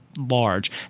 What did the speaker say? large